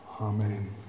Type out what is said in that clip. Amen